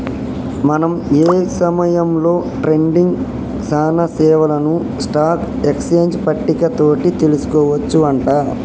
మనం ఏ సమయంలో ట్రేడింగ్ సానా సేవలను స్టాక్ ఎక్స్చేంజ్ పట్టిక తోటి తెలుసుకోవచ్చు అంట